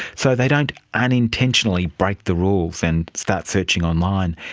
so they don't unintentionally break the rules and start searching online.